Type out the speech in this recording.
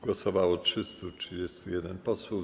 Głosowało 331 posłów.